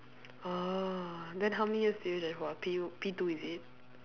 orh then how many years did you join for P P two is it